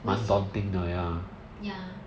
危险 ya